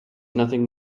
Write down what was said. nothing